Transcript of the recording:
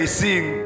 sing